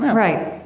right.